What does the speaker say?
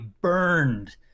burned